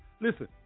listen